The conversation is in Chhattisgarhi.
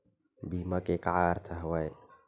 बीमा के का अर्थ हवय?